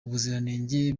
ubuziranenge